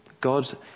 God